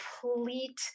complete